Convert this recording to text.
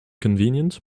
convenient